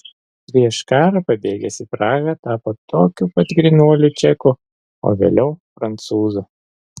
prieš karą pabėgęs į prahą tapo tokiu pat grynuoliu čeku o vėliau prancūzu